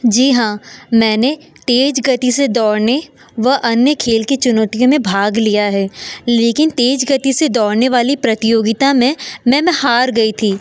जी हाँ मैंने तेज़ गति से दौड़ने व अन्य खेल की चुनौतियों में भाग लिया है लेकिन तेज़ गति से दौड़ने वाली प्रतियोगिता में में मैं हार गई थी